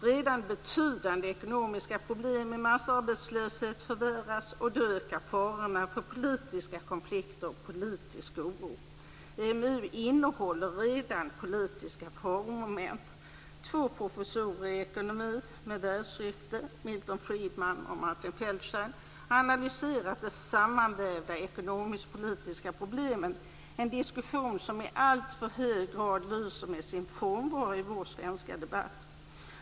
Redan betydande ekonomiska problem med massarbetslöshet förvärras. Då ökar farorna för politiska konflikter och politisk oro. EMU innehåller redan politiska faromoment. Två professorer i ekonomi med världsrykte, Milton Friedman och Martin Feldstein, har analyserat de sammanvävda ekonomisk-politiska problemen - en diskussion som i alltför hög grad lyser med sin frånvaro i vår svenska debatt.